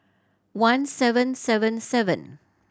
one seven seven seven